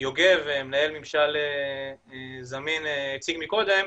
שיוגב מנהל ממשל זמין הציג מקודם,